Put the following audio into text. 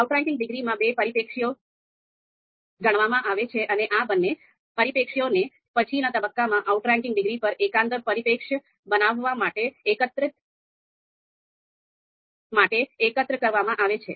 outranking ડિગ્રીમાં બે પરિપ્રેક્ષ્યો ગણવામાં આવે છે અને આ બંને પરિપ્રેક્ષ્યોને પછીના તબક્કામાં આઉટરેન્કિંગ ડિગ્રી પર એકંદર પરિપ્રેક્ષ્ય બનાવવા માટે એકત્ર કરવામાં આવે છે